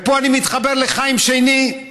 פה אני מתחבר לחיים שֵני,